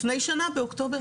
לפני שנה באוקטובר.